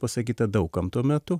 pasakyta daug kam tuo metu